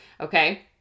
okay